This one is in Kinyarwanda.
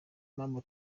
mpamvu